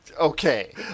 Okay